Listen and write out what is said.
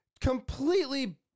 Completely